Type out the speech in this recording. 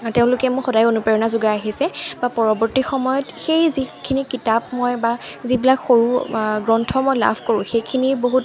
তেওঁলোকে মোক সদায় অনুপ্ৰেৰণা যোগাই আহিছে বা পৰৱৰ্তী সময়ত সেই যিখিনি কিতাপ মই বা যিবিলাক সৰু গ্ৰন্থ মই লাভ কৰোঁ সেইখিনি বহুত